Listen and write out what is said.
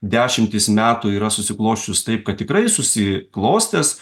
dešimtis metų yra susiklosčius taip kad tikrai susi klostęs